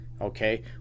okay